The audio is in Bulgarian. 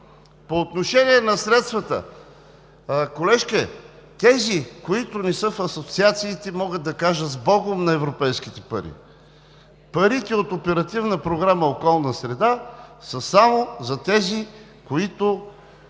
По отношение на средствата. Колежке, тези, които не са в асоциациите, могат да кажат „Сбогом!“ на европейските пари. Парите от Оперативна програма „Околна среда“ са само за тези, които